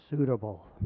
suitable